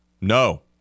No